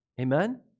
Amen